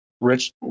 rich